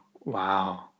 Wow